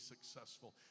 successful